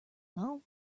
know